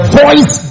voice